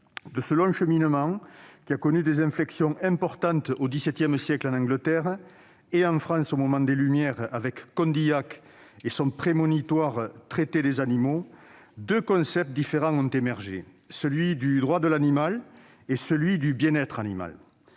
De ce long cheminement, qui a connu des inflexions importantes en Angleterre, au XVII siècle, et en France au moment des Lumières, avec Condillac et son prémonitoire, deux concepts différents ont émergé : celui du « droit de l'animal » et celui du « bien-être animal